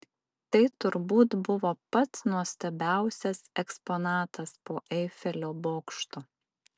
tai turbūt buvo pats nuostabiausias eksponatas po eifelio bokšto